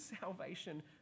salvation